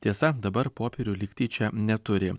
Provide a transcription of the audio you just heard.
tiesa dabar popierių lyg tyčia neturi